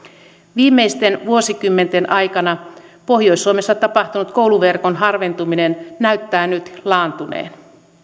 viimeisten vuosikymmenten aikana pohjois suomessa tapahtunut kouluverkon harventuminen näyttää nyt laantuneen